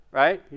right